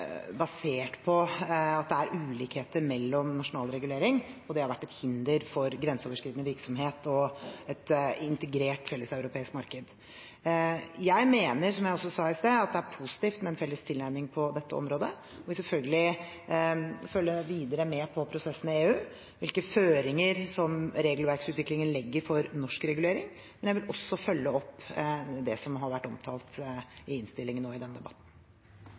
basert på at det er ulikheter mellom nasjonal regulering. Det har vært et hinder for grenseoverskridende virksomhet og et integrert, felles europeisk marked. Jeg mener, som jeg også sa i sted, at det er positivt med en felles tilnærming på dette området. Jeg vil selvfølgelig følge videre med på prosessen i EU, hvilke føringer som regelverksutviklingen legger for norsk regulering, men jeg vil også følge opp det som har vært omtalt i innstillingen og i denne debatten.